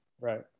Right